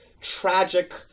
tragic